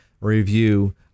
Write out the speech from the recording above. review